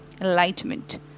enlightenment